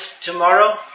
tomorrow